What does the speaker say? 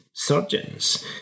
surgeons